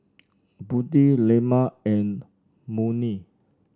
Budi Leman and Murni